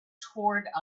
towards